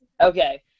Okay